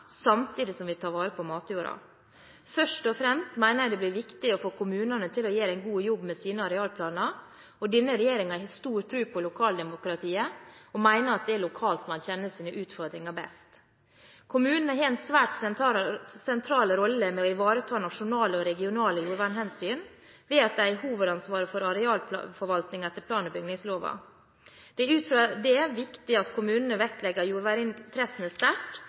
samtidig som vi tar vare på matjorda. Først og fremst mener jeg det blir viktig å få kommunene til å gjøre en god jobb med sine arealplaner. Denne regjeringen har stor tro på lokaldemokratiet og mener at det er lokalt man kjenner sine utfordringer best. Kommunene har en svært sentral rolle i å ivareta nasjonale og regionale jordvernhensyn ved at de har hovedansvaret for arealforvaltningen etter plan- og bygningsloven. Det er ut fra det viktig at kommunene vektlegger jordverninteressene sterkt